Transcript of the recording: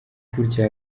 gutya